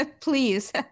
please